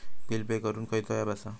Bill pay करूक खैचो app असा?